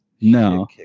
No